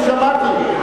אני שמעתי.